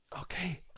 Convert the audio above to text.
Okay